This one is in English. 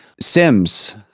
Sims